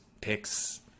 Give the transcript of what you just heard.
picks